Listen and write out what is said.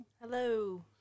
Hello